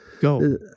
Go